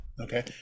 okay